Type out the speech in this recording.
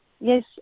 Yes